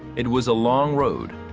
it was a long road,